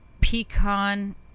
pecan